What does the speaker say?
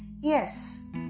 yes